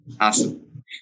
Awesome